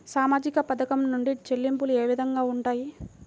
సామాజిక పథకం నుండి చెల్లింపులు ఏ విధంగా ఉంటాయి?